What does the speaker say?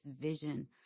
vision